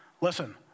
Listen